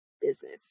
business